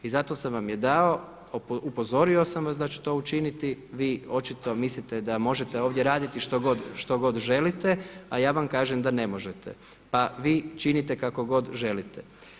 I zato sam vam je dao, upozorio sam vas da ću to učiniti vi očito mislite da možete ovdje raditi što god želite a ja vam kažem da ne možete pa vi činite kako god želite.